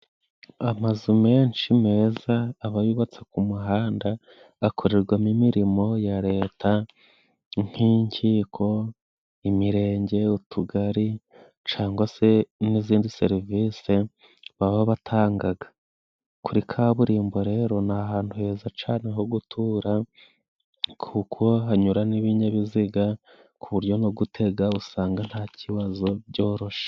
Amazu menshi meza aba yubatse ku muhanda, akorerwamo imirimo ya Leta nk'inkiko, imirenge, utugari, cangwa se n'izindi serivise baba batangaga. Kuri kaburimbo rero ni ahantu heza cane ho gutura kuko hanyura n'ibinyabiziga ku buryo no gutega usanga nta kibazo, byoroshe.